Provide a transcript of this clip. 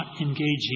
engaging